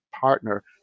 partner